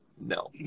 No